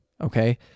Okay